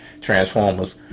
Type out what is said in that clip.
Transformers